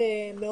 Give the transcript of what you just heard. על מה דיברו.